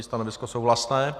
Stanovisko souhlasné.